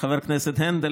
חבר הכנסת הנדל,